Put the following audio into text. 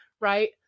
right